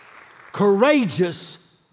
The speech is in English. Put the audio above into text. courageous